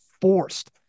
forced